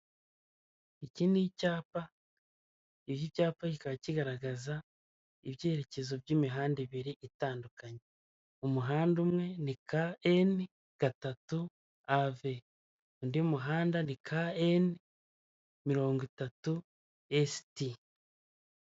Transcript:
Iki ni icyapa, iki cyapa kikaba kigaragaza ibyerekezo by'imihanda ibiri itandukanye. Ku muhanda umwe ni ka eni gatatu ave, undi muhanda ni ka eni mirongo itatu esiti.